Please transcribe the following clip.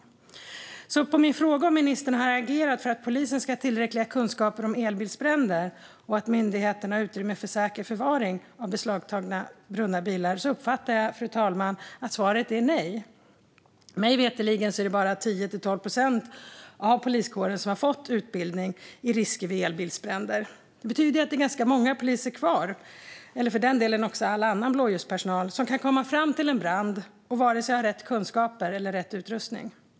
Jag uppfattar att ministerns svar på min fråga, om han har agerat för att polisen ska ha tillräckliga kunskaper om elbilsbränder och att myndigheterna har utrymme för säker förvaring av beslagtagna brunna elbilar, är nej. Mig veterligen är det bara 10-12 procent av poliskåren som har fått utbildning i risker vid elbilsbränder. Det betyder att det är ganska många poliser kvar, och all annan blåljuspersonal, som kan komma fram till en brand och varken ha rätt kunskaper eller rätt utrustning.